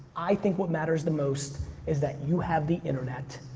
i think what matters the most is that you have the internet,